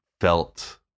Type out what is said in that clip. felt